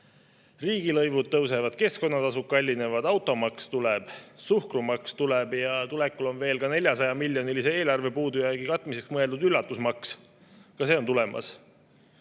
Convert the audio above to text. riigilõivud tõusevad, keskkonnatasud kallinevad, automaks tuleb, suhkrumaks tuleb ja tulekul on veel 400-miljonilise eelarvepuudujäägi katmiseks mõeldud üllatusmaks, ka see on tulemas.